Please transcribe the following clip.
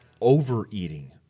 overeating